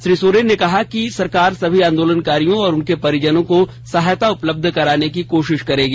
श्री सोरेन ने कहा है कि सरकार सभी आंदोलनकारियों और उनके परिजनों को सहायता उपलब्ध कराने की कोशिश करेंगी